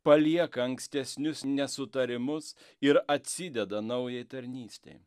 palieka ankstesnius nesutarimus ir atsideda naujai tarnystei